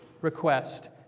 request